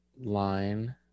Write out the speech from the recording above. line